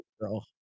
girl